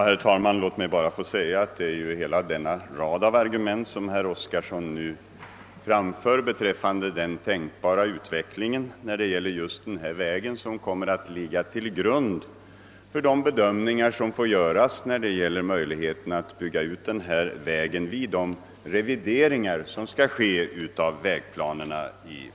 Herr talman! Hela den rad av argument som herr Oskarson framförde beträffande den tänkbara utvecklingen när det gäller den aktuella vägen kommer att ligga till grund för de bedömningar som görs av möjligheterna att bygga ut vägen vid revideringarna av vägplanerna.